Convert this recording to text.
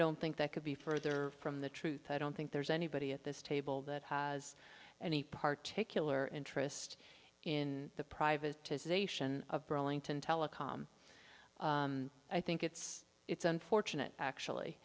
don't think that could be further from the truth i don't think there's anybody at this table that has any particularly interest in the private to zation of burlington telecom i think it's it's unfortunate actually